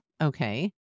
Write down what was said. Okay